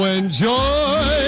enjoy